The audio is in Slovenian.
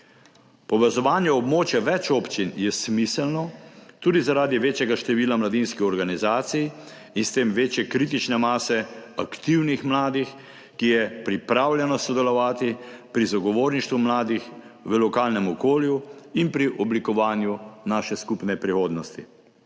Povezovanje območja več občin je smiselno tudi zaradi večjega števila mladinskih organizacij in s tem večje kritične mase aktivnih mladih, ki je pripravljena sodelovati pri zagovorništvu mladih v lokalnem okolju in pri oblikovanju naše skupne prihodnosti.